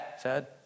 Sad